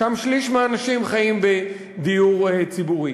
שם שליש מהאנשים חיים בדיור ציבורי.